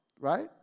Right